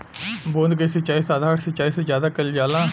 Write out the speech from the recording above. बूंद क सिचाई साधारण सिचाई से ज्यादा कईल जाला